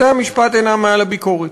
בתי-המשפט אינם מעל הביקורת.